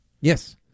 Yes